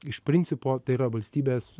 iš principo tai yra valstybės